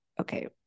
okay